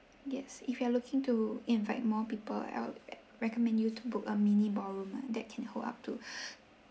yes if you are looking to invite more people I'll recommend you to book a mini ballroom that can hold up to